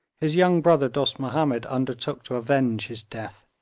his young brother dost mahomed undertook to avenge his death.